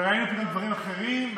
וראינו פתאום דברים אחרים.